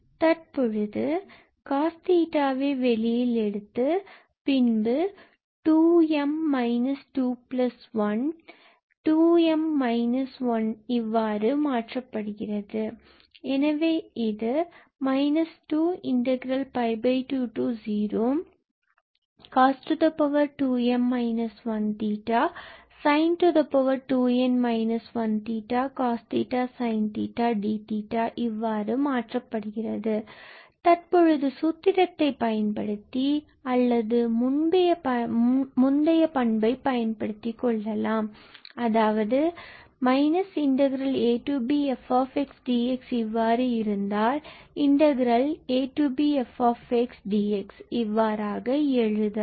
தற்பொழுது cos𝜃 வெளியில் எடுக்கலாம் பின்பு 2𝑚−21 2𝑚−1இவ்வாறு ஆகும் எனவே இது 2 20cos2m 1 sin2n 1cos𝜃sin𝜃 d இவ்வாறு ஆகிறது தற்பொழுது சூத்திரத்தை பயன்படுத்தி அல்லது முந்தைய பண்பை பயன்படுத்தி கொள்ளலாம் அதாவது ba𝑓𝑥𝑑𝑥இவ்வாறு இருந்தால் ab𝑓𝑥𝑑𝑥 இவ்வாறாக எழுதலாம்